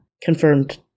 Confirmed